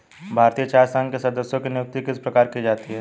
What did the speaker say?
भारतीय चाय संघ के सदस्यों की नियुक्ति किस प्रकार की जाती है?